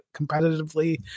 competitively